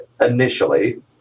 initially